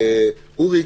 אנו מבקשים,